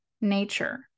nature